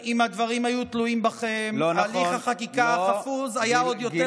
אם הדברים היו תלויים בכם הליך החקיקה החפוז היה עוד יותר חפוז.